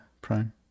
prime